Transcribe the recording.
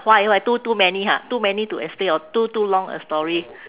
why why too too many ha too many to explain or too too long a story